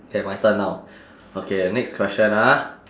K my turn now okay next question ah